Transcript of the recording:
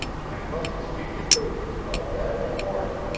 i must speak to prudence about that in the morning,